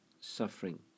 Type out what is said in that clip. suffering